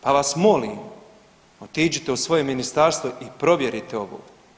Pa vas molim, otiđite u svoje ministarstvo i provjerite ovo.